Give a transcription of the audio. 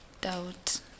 doubt